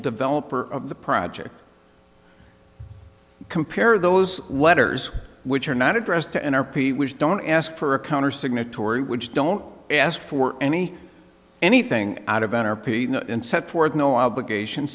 developer of the project compare those letters which are not addressed to an r p which don't ask for a counter signatory which don't ask for any anything out of an r p set forth no obligation